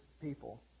people